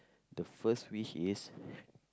the first wish is